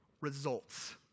Results